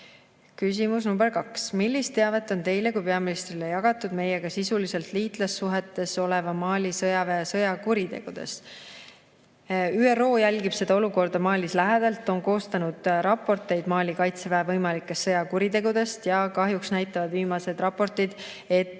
grupiga. Küsimus nr 2: "Millist teavet on Teile kui peaministrile jagatud meiega sisuliselt liitlassuhtes oleva Mali sõjaväe sõjakuritegudest?" ÜRO jälgib seda olukorda Malis lähedalt, on koostanud raporteid Mali kaitseväe võimalikest sõjakuritegudest ja kahjuks näitavad viimased raportid, et